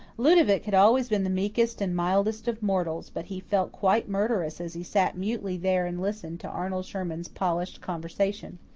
ludovic had always been the meekest and mildest of mortals, but he felt quite murderous as he sat mutely there and listened to arnold sherman's polished conversation.